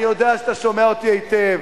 אני יודע שאתה שומע אותי היטב.